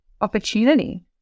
opportunity